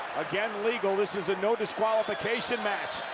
again legal. this is a no disqualification match,